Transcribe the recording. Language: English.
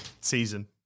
season